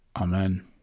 Amen